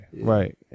right